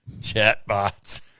chatbots